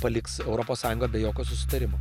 paliks europos sąjungą be jokio susitarimo